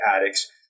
addicts